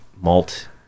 malt